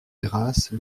grace